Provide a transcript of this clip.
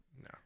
no